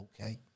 okay